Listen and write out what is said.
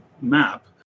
map